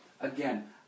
Again